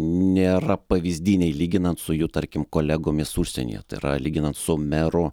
nėra pavyzdiniai lyginant su jų tarkim kolegomis užsienyje tai yra lyginant su merų